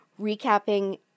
recapping